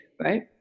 right